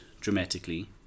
dramatically